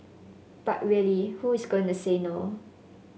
but really who is going to say no